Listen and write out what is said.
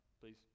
please